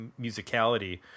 musicality